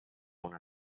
una